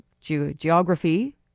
Geography